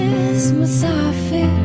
is musafir